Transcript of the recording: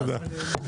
תני כבוד.